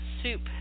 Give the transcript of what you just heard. soup